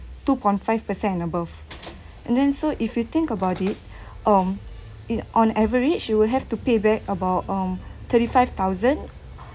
two point five percent above and then so if you think about it on it on average you will have to pay back about um thirty five thousand